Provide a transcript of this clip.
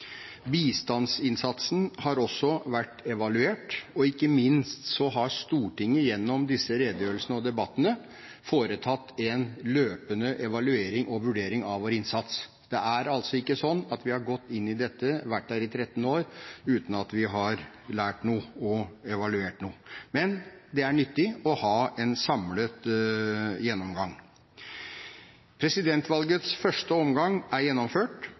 Bistandsinnsatsen har også vært evaluert, og ikke minst har Stortinget gjennom disse redegjørelsene og debattene foretatt en løpende evaluering og vurdering av vår innsats. Det er altså ikke slik at vi har gått inn i dette og vært der i 13 år uten å ha lært noe og uten å ha evaluert noe. Men det er nyttig å ha en samlet gjennomgang. Presidentvalgets første omgang er gjennomført